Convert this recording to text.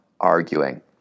arguing